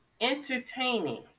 Entertaining